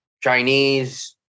Chinese